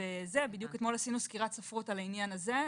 אתמול עשינו סקירת ספרות על העניין הזה,